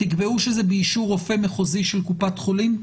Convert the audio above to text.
תקבעו שזה באישור רופא מחוזי של קופת חולים,